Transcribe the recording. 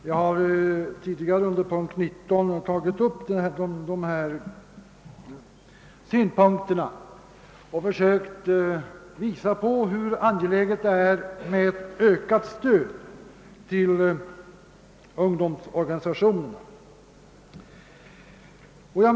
Jag har tidigare under punkten 19 berört dessa synpunkter och försökt visa hur angeläget det är med ett ökat stöd till ungdomsorganisationerna.